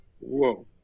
whoa